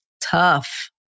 tough